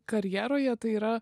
karjeroje tai yra